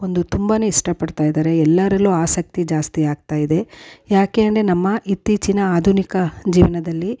ಒಂದು ತುಂಬಾ ಇಷ್ಟಪಡ್ತಾಯಿದ್ದಾರೆ ಎಲ್ಲರಲ್ಲೂ ಆಸಕ್ತಿ ಜಾಸ್ತಿ ಆಗ್ತಾಯಿದೆ ಯಾಕೆ ಅಂದರೆ ನಮ್ಮ ಇತ್ತೀಚಿನ ಆಧುನಿಕ ಜೀವನದಲ್ಲಿ